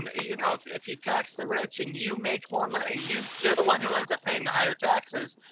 and you know, if if you tax the rich and you make more money, you you're the one who ends up paying the higher taxes,